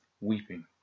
weeping